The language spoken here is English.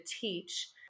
teach